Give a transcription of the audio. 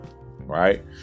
right